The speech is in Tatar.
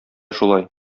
шулай